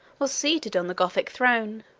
was seated on the gothic throne.